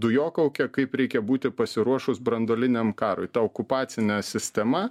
dujokaukę kaip reikia būti pasiruošus branduoliniam karui ta okupacinė sistema